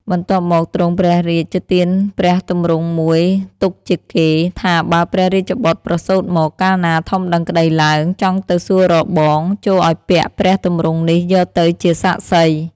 បន្ទាប់មកទ្រង់ព្រះរាជទានព្រះទម្រង់មួយទុកជាកេរ្តិ៍ ថា បើព្រះរាជបុត្រប្រសូតមក កាលណាធំដឹងក្តីឡើង ចង់ទៅសួររកបង ចូរឲ្យពាក់ព្រះទម្រង់នេះយកទៅជាសាក្សី។